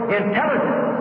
intelligence